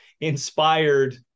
inspired